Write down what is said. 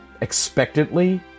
expectantly